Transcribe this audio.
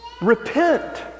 Repent